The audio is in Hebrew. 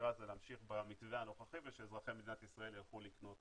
וההגירה זה להמשיך במתווה הנוכחי ושאזרחי מדינת ישראל ילכו לקנות